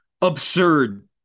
absurd